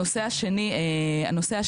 הנושא השני זה